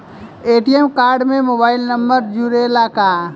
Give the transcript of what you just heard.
ATM card में mobile number जुरेला का?